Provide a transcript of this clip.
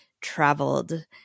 traveled